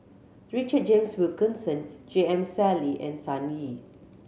Richard James Wilkinson J M Sali and Sun Yee